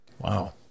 Wow